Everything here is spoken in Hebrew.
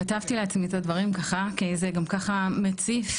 כתבתי לעצמי את הדברים ככה, כי זה גם ככה מציף.